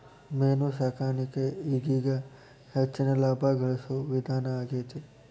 main ಸಾಕಾಣಿಕೆ ಈಗೇಗ ಹೆಚ್ಚಿನ ಲಾಭಾ ಗಳಸು ವಿಧಾನಾ ಆಗೆತಿ